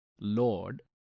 lord